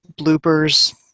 bloopers